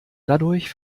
dadurch